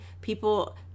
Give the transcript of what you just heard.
people